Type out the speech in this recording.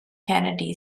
kennedy